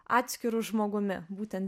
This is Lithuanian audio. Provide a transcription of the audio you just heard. atskiru žmogumi būtent